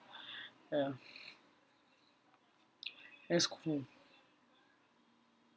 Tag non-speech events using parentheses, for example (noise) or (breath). (breath) ya (noise) that's cool